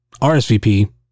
RSVP